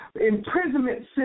imprisonment